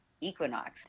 Equinox